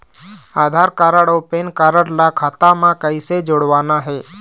आधार card अऊ PAN card ला खाता म कइसे जोड़वाना हे?